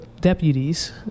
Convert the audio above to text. deputies